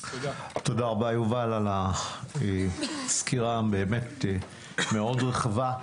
תודה רבה, יובל, על הסקירה המאוד רחבה.